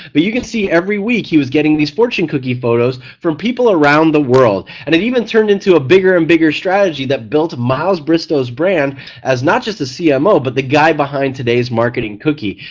but you can see every week he was getting these fortune cookie photos from people around the world, and it even turned into a bigger and bigger strategy that build myles bristowe's brand as not just a cmo but the guy behind today's marketing cookie.